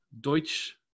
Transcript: Deutsch